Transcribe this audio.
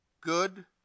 Good